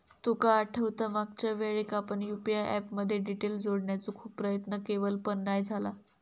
तुका आठवता मागच्यावेळेक आपण यु.पी.आय ऍप मध्ये डिटेल जोडण्याचो खूप प्रयत्न केवल पण नाय झाला